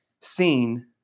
seen